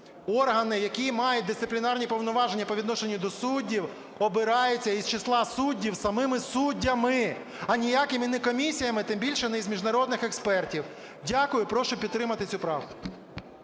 органи, які мають дисциплінарні повноваження по відношенню до суддів, обираються із числа суддів, самими суддями, а ніякими не комісіями, тим більше не із міжнародних експертів. Дякую. Прошу підтримати цю правку.